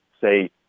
say